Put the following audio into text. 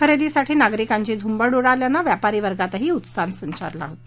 खरेदीसाठी नागरीकांची झुंबड उडाल्याने व्यापारी वर्गातही उत्साह संचारला आहे